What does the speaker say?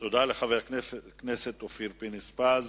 תודה לחבר כנסת אופיר פינס-פז.